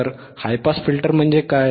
तर high pass filter म्हणजे काय